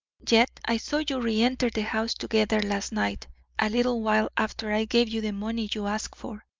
yet i saw you reenter the house together last night a little while after i gave you the money you asked for.